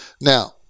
now